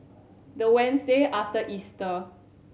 the Wednesday after Easter